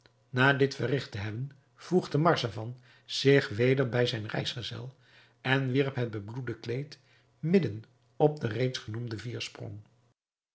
na dit verrigt te hebben voegde marzavan zich weder bij zijn reisgezel en wierp het bebloede kleed midden op den reeds genoemden viersprong